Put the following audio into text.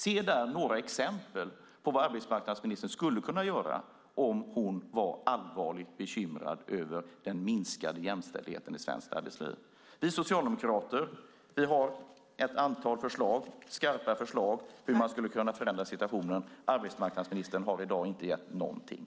Se där några exempel på vad arbetsmarknadsministern skulle kunna göra om hon var allvarligt bekymrad över den minskande jämställdheten i svenskt arbetsliv. Vi socialdemokrater har ett antal skarpa förslag till hur man skulle kunna förändra situationen. Arbetsmarknadsministern har i dag inte gett någonting.